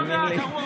תאמין לי,